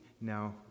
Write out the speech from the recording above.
now